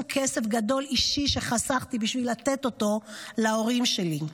כסף גדול אישי שחסכתי בשביל לתת אותו להורים שלי.